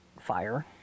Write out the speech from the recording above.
fire